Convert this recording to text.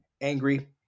angry